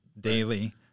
daily